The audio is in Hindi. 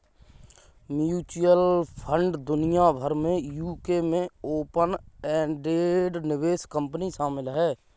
म्यूचुअल फंड दुनिया भर में यूके में ओपन एंडेड निवेश कंपनी शामिल हैं